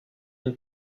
une